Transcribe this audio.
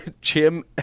Jim